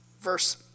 verse